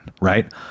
Right